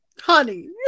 Honey